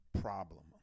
problem